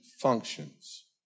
functions